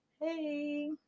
Hey